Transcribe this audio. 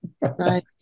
right